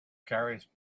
carries